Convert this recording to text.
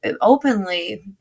openly